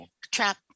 trap